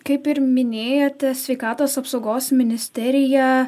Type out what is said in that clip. kaip ir minėjote sveikatos apsaugos ministerija